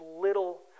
little